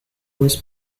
was